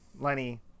lenny